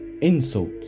insult